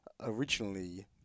originally